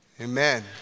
Amen